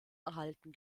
erhalten